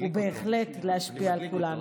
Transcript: ובהחלט להשפיע על כולנו.